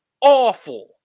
awful